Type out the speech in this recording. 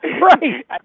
Right